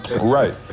Right